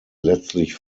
letztlich